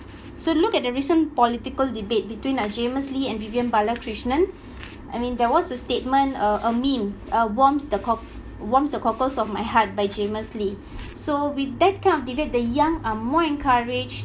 so look at the recent political debate between uh jamus lim and vivian balakrishnan I mean there was a statement uh a meme uh warms the coc~ warms the cockles of my heart by jamus lim so with that kind of debate the young are more encouraged